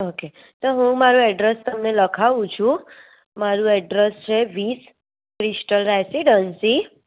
okay તો હું મારુ એડ્રેસ તમને લખાવું છુ મારુ એડ્રેસ છે વીસ વીસરાઇસિડનસી